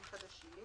באב התש"ף,